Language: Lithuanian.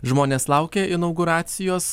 žmonės laukia inauguracijos